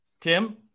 Tim